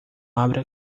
abra